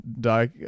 die